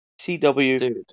CW